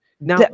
Now